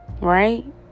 right